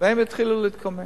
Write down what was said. והתחילו להתקומם.